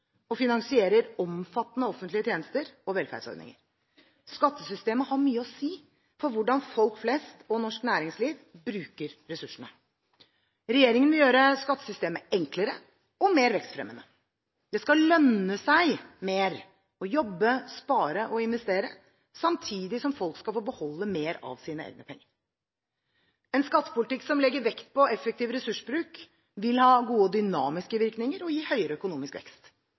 og finansierer omfattende offentlige tjenester og velferdsordninger. Skattesystemet har mye å si for hvordan folk flest og norsk næringsliv bruker ressursene. Regjeringen vil gjøre skattesystemet enklere og mer vekstfremmende. Det skal lønne seg mer å jobbe, spare og investere, samtidig som folk skal få beholde mer av sine egne penger. En skattepolitikk som legger vekt på effektiv ressursbruk, vil ha gode dynamiske virkninger og gi høyere økonomisk vekst.